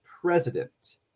president